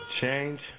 Change